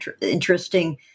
interesting